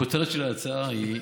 הכותרת של ההצעה היא: